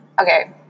Okay